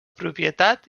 propietat